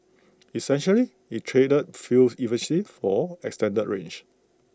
essentially IT traded fuel efficiency for extended range